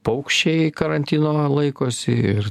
paukščiai karantino laikosi ir